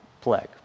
plague